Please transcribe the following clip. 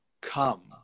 come